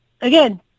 again